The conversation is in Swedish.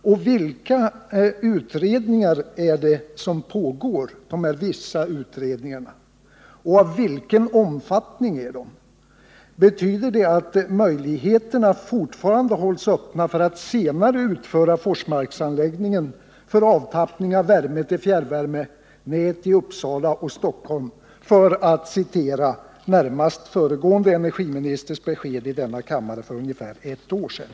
Och vilka är dessa ”vissa utredningar” som pågår och av vilken omfattning är de? Betyder det att möjligheterna fortfarande hålls öppna för att senare utföra Forsmarksanläggningen för avtappning av värme till fjärrvärmenät i Uppsala och Stockholm — för att nu återge den närmast föregående energiministerns besked i denna kammare för ungefär ett år sedan?